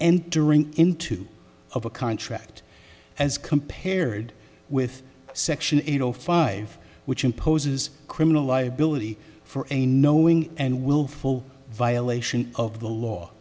entering into of a contract as compared with section eight o five which imposes criminal liability for a knowing and willful violation of the law